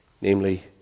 Namely